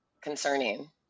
concerning